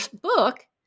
book